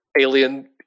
alien